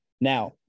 Now